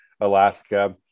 Alaska